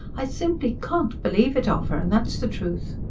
i simply can't believe it of her, and that's the truth.